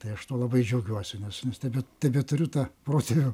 tai aš tuo labai džiaugiuosi nes nes tebe tebeturiu tą protėvių